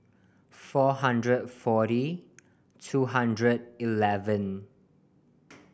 four hundred forty two hundred eleven